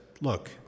look